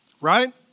right